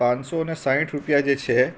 પાંસો ને સાઠ રૂપિયા જે છે